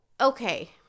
okay